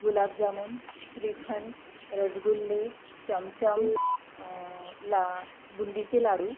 गुलाबजामुन श्रीखंड रसगुल्ले चमचम ला बुंदीचे लाडू